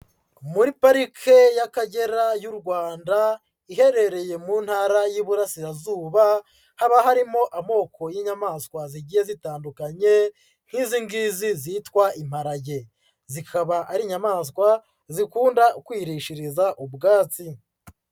Muri parike y'Akagera y'u Rwanda, iherereye mu ntara y'Iburasirazuba, haba harimo amoko y'inyamaswa zigiye zitandukanye, nk'izi ngizi zitwa imparage. Zikaba ari inyamaswa zikunda kwirishiriza ubwatsi.